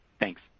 Thanks